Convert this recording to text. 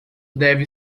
deve